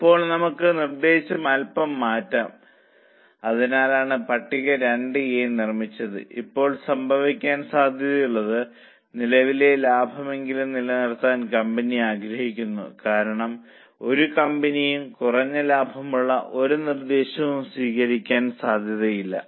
ഇപ്പോൾ നമുക്ക് നിർദ്ദേശം അൽപ്പം മാറ്റാം അതിനാലാണ് കോളം 2 എ നിർമ്മിച്ചത് ഇപ്പോൾ സംഭവിക്കാൻ സാധ്യതയുള്ളത് നിലവിലെ ലാഭമെങ്കിലും നിലനിർത്താൻ കമ്പനി ആഗ്രഹിക്കുന്നു കാരണം ഒരു കമ്പനിയും കുറഞ്ഞ ലാഭമുള്ള ഒരു നിർദ്ദേശം സ്വീകരിക്കാൻ സാധ്യതയില്ല